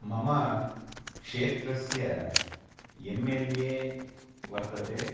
मम क्षेत्रस्य M L A वर्तते